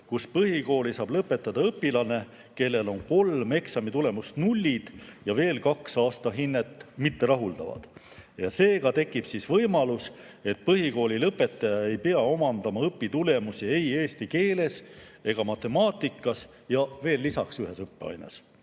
kus põhikooli saab lõpetada õpilane, kellel on kolm eksamitulemust nullid ja veel kaks aastahinnet mitterahuldavad. Seega tekib võimalus, et põhikooli lõpetaja ei pea [saavutama] õpitulemusi ei eesti keeles ega matemaatikas ja veel lisaks ühes õppeaines.